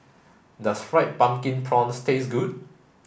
does fried pumpkin prawns taste good